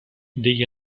degli